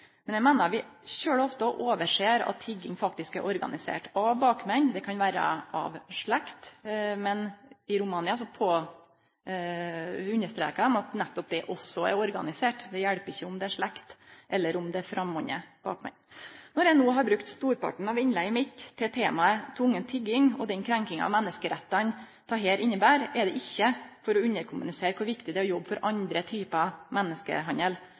Eg meiner vi veldig ofte overser at tigging faktisk er organisert av bakmenn. Det kan vere av slekt, men i Romania understreka dei at nettopp det også er organisert. Det har ikkje noko å seie om det er slekt, eller om det er framande bakmenn. Når eg no har brukt storparten av innlegget mitt til temaet tvungen tigging og den krenkinga av menneskerettane dette inneber, er det ikkje for å underkommunisere kor viktig det er å jobbe mot andre typar menneskehandel,